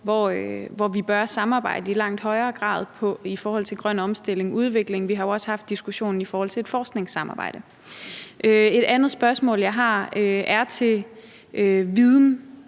hvor vi bør samarbejde i langt højere i forhold til grøn omstilling og udvikling; vi har jo også haft diskussionen i forhold til et forskningssamarbejde. Et andet spørgsmål, jeg har, er i